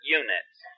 units